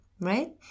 right